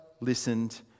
listened